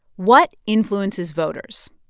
what influences voters?